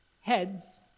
heads